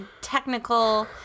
technical